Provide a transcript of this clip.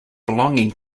belonging